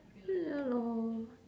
ya lor